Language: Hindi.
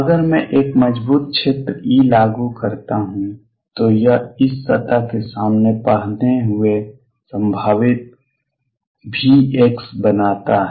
अगर मैं एक मजबूत क्षेत्र E लागू करता हूं तो यह इस सतह के सामने पहने हुए संभावित V बनाता है